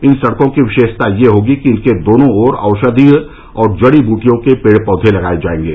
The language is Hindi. इन सड़कों की विशेषता यह होगी कि इनके दोनों ओर औषधीय और जड़ी बुटियों के पेड़ पौधे लगाए जाएंगे